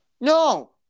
No